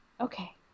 Okay